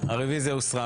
הרביזיה הוסרה.